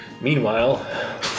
Meanwhile